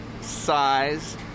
size